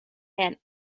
and